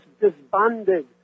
disbanded